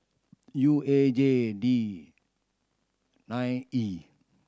U A J D nine E